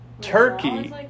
Turkey